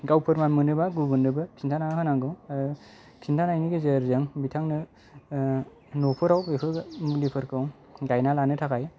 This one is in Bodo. गावफोरा मोनोबा गुबुननोबो खिन्थानानै होनांगौ ओ खिन्थानायनि गेजेरजों बिथांनो न'फोराव बेफोर मुलिफोरखौ गायना लानो थाखाय